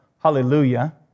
hallelujah